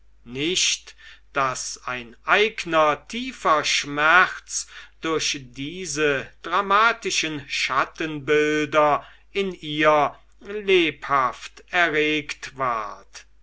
nicht daß ein eigner tiefer schmerz durch diese dramatischen schattenbilder in ihr lebhaft erregt ward